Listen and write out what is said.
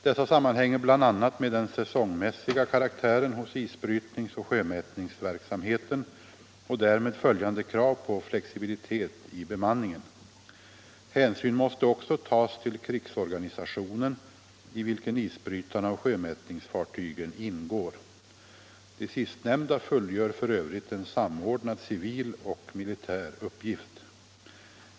Dessa sammanhänger bl.a. med den säsongmässiga karaktären hos isbrytningsoch sjömätningsverksamheten och därmed följande krav på flexibilitet i bemanningen. Hänsyn måste också tas till krigsorganisationen, i vilken isbrytarna och sjömätningsfartygen ingår. De sistnämnda fullgör för övrigt en samordnad civil och militär uppgift.